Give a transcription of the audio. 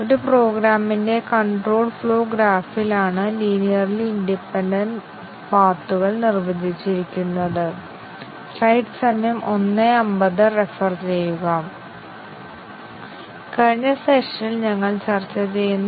ലളിതമോ basic ആയ condition പരിശോധനയിൽ ഓരോ ബേസിക് അവസ്ഥയും ഘടക വ്യവസ്ഥകളും ശരിയും തെറ്റായ മൂല്യങ്ങളും എടുക്കണമെന്ന് ഞങ്ങൾ പറഞ്ഞിരുന്നു